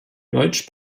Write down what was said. deutsch